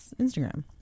Instagram